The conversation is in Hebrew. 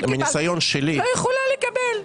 שקיבלתי היא שאני לא יכולה לקבל תשובות.